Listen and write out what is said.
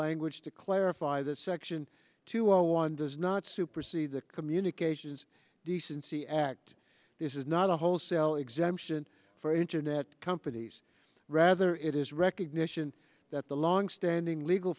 language to clarify that section two zero one does not supersede the communications decency act this is not a wholesale exemption for internet companies rather it is recognition that the longstanding legal